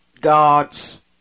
God's